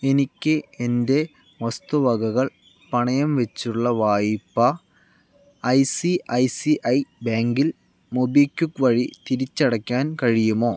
എനിക്ക് എൻ്റെ വസ്തു വകകൾ പണയം വെച്ചുള്ള വായ്പ I C I C I ബാങ്കിൽ മൊബിക്വിക്ക് വഴി തിരിച്ചടയ്ക്കാൻ കഴിയുമോ